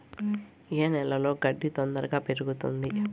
ఏ నేలలో గడ్డి తొందరగా పెరుగుతుంది